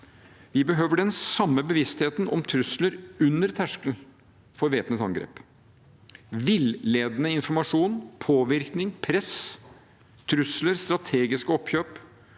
Vi behøver den samme bevisstheten om trusler under terskelen for væpnet angrep, slik som villedende informasjon, påvirkning, press, trusler og strategiske oppkjøp